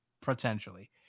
potentially